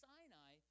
Sinai